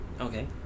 Okay